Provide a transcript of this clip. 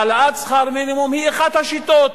העלאת שכר מינימום היא אחת השיטות,